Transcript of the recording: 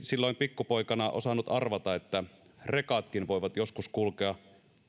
silloin pikkupoikana osannut arvata että rekatkin voivat joskus kulkea